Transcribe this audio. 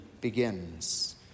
begins